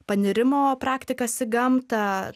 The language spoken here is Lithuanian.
panirimo praktikas į gamtą